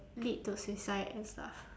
lead to suicide and stuff